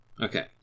okay